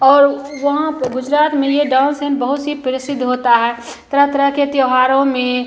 और वहाँ पर गुजरात में यह डांस है ना बहुत सी प्रसिद्ध होता है तरह तरह के त्यौहारों में